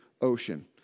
Ocean